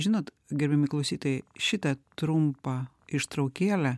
žinot gerbiami klausytojai šitą trumpą ištraukėlę